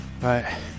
Right